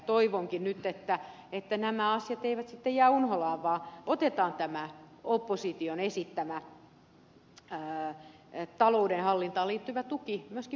toivonkin nyt että nämä asiat eivät sitten jää unholaan vaan otetaan opposition esittämä taloudenhallintaan liittyvä tuki myöskin huomioon